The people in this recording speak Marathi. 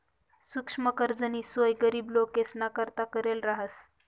सुक्ष्म कर्जनी सोय गरीब लोकेसना करता करेल रहास